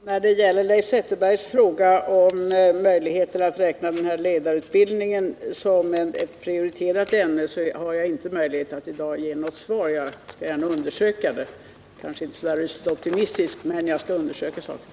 Herr talman! Leif Zetterberg frågade om möjligheten att räkna ledarutbildningen som ett prioriterat ämne. Jag har inte möjlighet att i dag ge något svar på den frågan. Jag är inte så där rysligt optimistisk, men jag skall gärna undersöka saken.